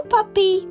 Puppy 。